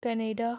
Canada